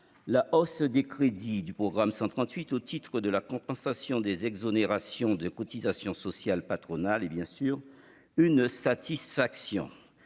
La hausse des crédits du programme 138 au titre de la compensation des exonérations de cotisations sociales patronales est bien sûr un motif de satisfaction